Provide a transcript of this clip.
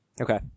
Okay